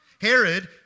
Herod